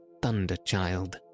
Thunderchild